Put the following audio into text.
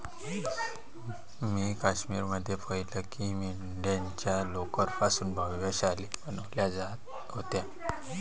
मी काश्मीर मध्ये पाहिलं की मेंढ्यांच्या लोकर पासून भव्य शाली बनवल्या जात होत्या